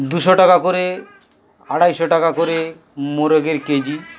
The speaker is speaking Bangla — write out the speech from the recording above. দুশো টাকা করে আড়াইশো টাকা করে মোরগের কেজি